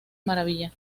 maravilla